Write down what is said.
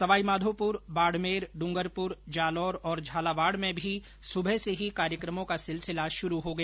सर्वाईमाधोपुर बाडमेर डूंगरपुर जालौर और झालावाड में भी सुबह से ही कार्यक्रमों का सिलसिला शुरू हो गया